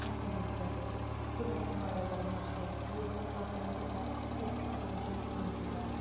پَژھٮ۪ن ہِنٛد خٲطرٕ سُہ گَژھہِ ہا وارِیاہ زیادٕ مُشکِل یہِ اوس اَکھ لَکٕٹۍ مَکٕٹۍ ٹاکٕس یَتھ اوس نہٕ ٹٮ۪نشن کِہیٖنۍ تیوٗتاہ